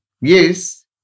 Yes